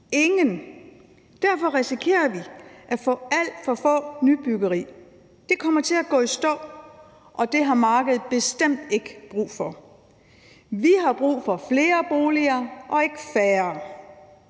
Ingen. Derfor risikerer vi at få alt for lidt nybyggeri. Det kommer til at gå i stå, og det har markedet bestemt ikke brug for. Vi har brug for flere boliger og ikke færre.